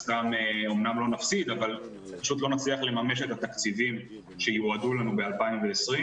אמנם לא נפסיד אבל פשוט לא נצליח לממש את התקציבים שיועדו לנו ב-2020.